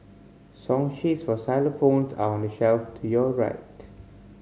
song sheets for xylophones are on the shelf to your right